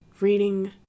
reading